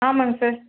ஆமாங்க சார்